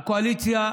שהקואליציה,